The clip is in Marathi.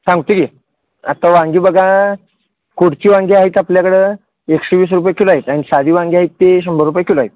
सांगतो की आता वांगी बघा कुडची वांगी आहेत आपल्याकडं एकशे वीस रुपये किलो आहेत आणि साधी वांगी आहेत ते शंभर रुपये किलो आहेत